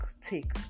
take